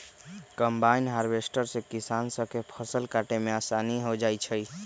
combine harvester से किसान स के फसल काटे में आसानी हो जाई छई